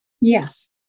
Yes